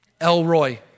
Elroy